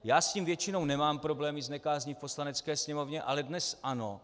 Já s tím většinou nemám problémy, s nekázní v Poslanecké sněmovně, ale dnes ano.